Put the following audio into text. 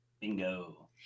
bingo